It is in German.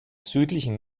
südlichen